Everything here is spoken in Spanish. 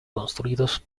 construidos